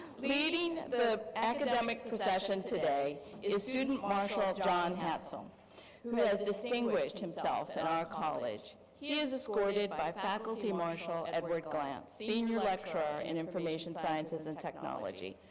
leading the and um ah procession today is student marshal john hatzell who has distinguished himself in our college. he is escorted by faculty marshall edward glantz, senior lecturer in information sciences and technology.